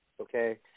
Okay